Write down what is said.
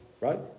right